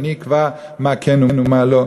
אני אקבע מה כן ומה לא?